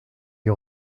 die